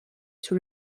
sous